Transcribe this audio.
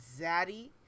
zaddy